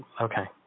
Okay